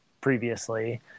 previously